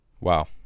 Wow